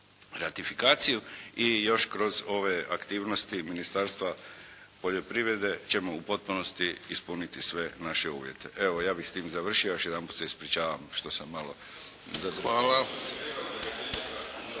ratifikaciju. I još kroz ove aktivnosti Ministarstva poljoprivrede ćemo u potpunosti ispuniti sve naše uvjete. Evo, ja bi s tim završio. Još jedanput se ispričavam što sam malo …/Govornici